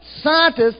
scientists